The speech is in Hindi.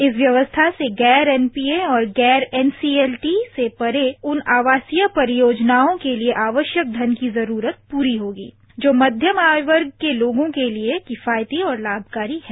इस व्यवस्था से गैर एनपीए और गैर एनसीएलटी से परे उन आवासीय परियोजनाओं के लिए आवश्यक धन की जरूरत पूरी होगी जो मध्यम आय वर्ग के लोगों के लिए किफायती और लाभकारी है